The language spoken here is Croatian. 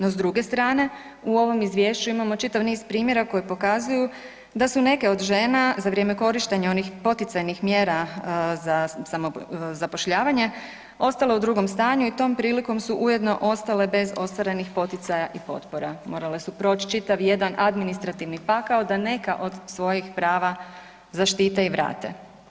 No s druge strane u ovom izvješću imamo čitav niz primjera koji pokazuju da su neke od žena za vrijeme korištenja onih poticajnih mjera za samozapošljavanje ostale u drugom stanju i tom prilikom su ujedno ostale bez ostvarenih poticaja i potpora, morale su proć čitav jedan administrativni pakao da neka od svojih prava zaštite i vrate.